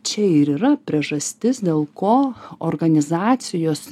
čia ir yra priežastis dėl ko organizacijos